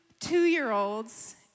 two-year-olds